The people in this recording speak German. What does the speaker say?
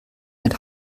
mit